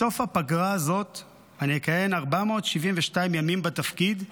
בסוף הפגרה הזאת אני אכהן 472 ימים בתפקיד,